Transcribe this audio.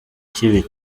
kibi